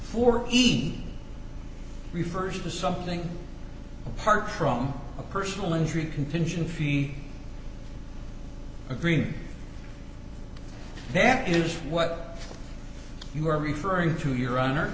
for each refers to something apart from a personal injury contingency fee agreement that is what you are referring to your honor